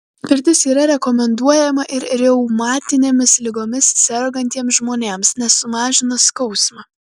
pirtis yra rekomenduojama ir reumatinėmis ligomis sergantiems žmonėms nes sumažina skausmą